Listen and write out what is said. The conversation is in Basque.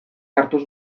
hartuz